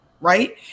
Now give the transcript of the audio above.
Right